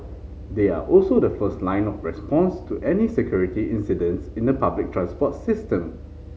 they are also the first line of response to any security incidents in the public transport system